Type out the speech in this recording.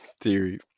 theory